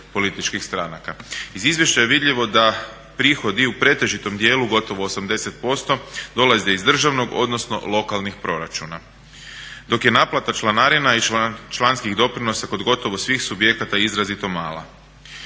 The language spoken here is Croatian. Iz izvješća je vidljivo da prihodi u pretežitom djelu gotovo 80% dolaze iz državnog odnosno lokalnih proračuna, dok je naplata članarina i članskih doprinosa kod gotovo svih subjekata izrazito mala.